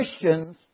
Christians